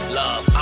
love